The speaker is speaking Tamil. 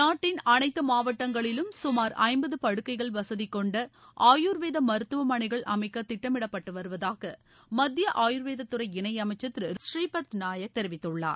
நாட்டின் அனைத்து மாவட்டங்களிலும் சுமார் ஐம்பது படுக்கைகள் வசதி கொண்ட ஆயுர்வேத மருத்துவமனைகள் அமைக்க திட்டமிடப்பட்டு வருவதாக மத்திய ஆயுர்வேதத்துறை இணையமைச்சர் திரு ஸ்ரீபத் நாயக் தெரிவித்துள்ளார்